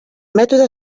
mètode